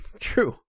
True